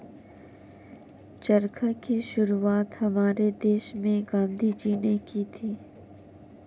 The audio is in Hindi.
चरखा की शुरुआत हमारे देश में गांधी जी ने की थी